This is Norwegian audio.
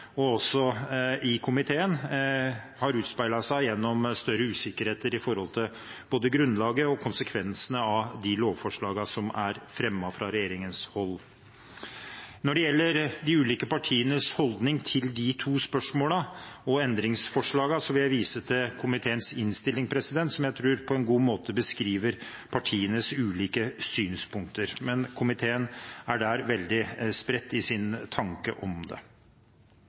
og som også i komiteen er blitt avspeilet gjennom større usikkerhet om både grunnlaget for og konsekvensene av de lovforslagene som er fremmet fra regjeringshold. Når det gjelder de ulike partienes holdning til disse to spørsmålene og endringsforslagene, vil jeg vise til komiteens innstilling, som jeg tror på en god måte beskriver partienes ulike synspunkter. Men komiteen er veldig spredt i sine tanker om det.